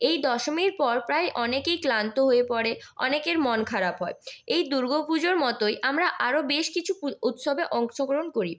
এই দশমীর পর প্রায় অনেকেই ক্লান্ত হয়ে পড়ে অনেকের মন খারাপ হয় এই দুর্গাপুজোর মতোই আমরা আরও বেশ কিছু উৎসবে অংশগ্রহণ করি